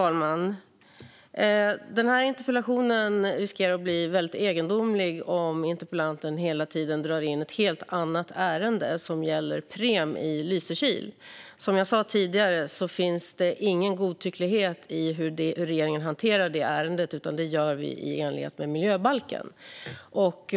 Fru talman! Den här interpellationsdebatten riskerar att bli väldigt egendomlig om interpellanten hela tiden drar in ett helt annat ärende som gäller Preem i Lysekil. Som jag sa tidigare finns det ingen godtycklighet i hur regeringen hanterar det ärendet, utan det gör vi i enlighet med miljöbalken.